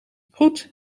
goed